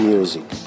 Music